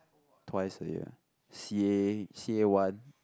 twice a year c_a c_a-one